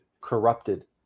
corrupted